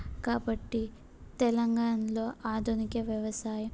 కాబట్టి తెలంగాణలో ఆధునిక వ్యవసాయం